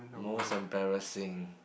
most embarrassing